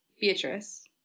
Beatrice